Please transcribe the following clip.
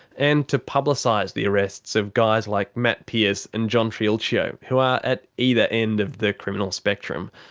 and to publicise the arrests of guys like matt pearce and john triulcio who are at either end of the criminal spectrum.